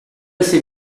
s’est